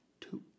two